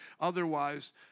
Otherwise